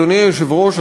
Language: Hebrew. אדוני היושב-ראש,